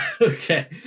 Okay